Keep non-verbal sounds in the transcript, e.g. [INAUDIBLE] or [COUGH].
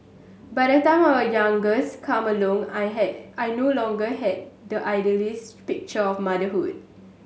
by the time our youngest came along I [UNINTELLIGIBLE] I no longer had the idealised picture of motherhood